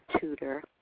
tutor